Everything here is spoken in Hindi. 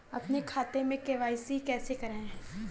अपने खाते में के.वाई.सी कैसे कराएँ?